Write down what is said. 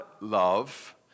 love